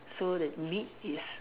so the meat is